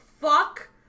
fuck